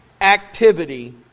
activity